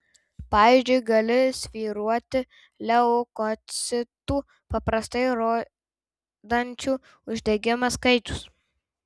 pavyzdžiui gali svyruoti leukocitų paprastai rodančių uždegimą skaičius